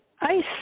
ice